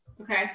Okay